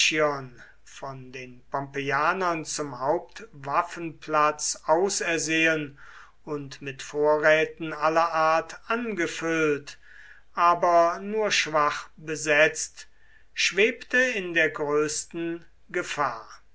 von den pompeianern zum hauptwaffenplatz ausersehen und mit vorräten aller art angefüllt aber nur schwach besetzt schwebte in der größten gefahr